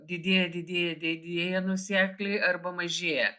didėja didėja didėja nuosekliai arba mažėja